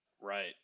Right